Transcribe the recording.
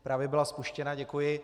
Právě byla spuštěna, děkuji.